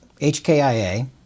HKIA